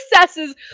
successes